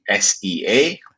SEA